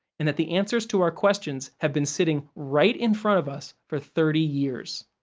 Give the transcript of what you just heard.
and that the answers to our questions have been sitting right in front of us for thirty years?